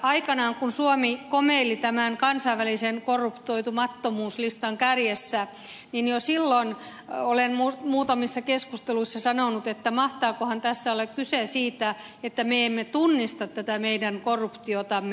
aikanaan kun suomi komeili tämän kansainvälisen korruptoitumattomuuslistan kärjessä niin jo silloin olen muutamissa keskusteluissa sanonut että mahtaakohan tässä olla kyse siitä että me emme tunnista tätä meidän korruptiotamme